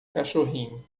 cachorrinho